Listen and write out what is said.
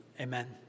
Amen